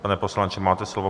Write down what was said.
Pane poslanče, máte slovo.